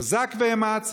חזק ואמץ.